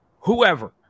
whoever